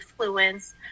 influence